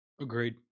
Agreed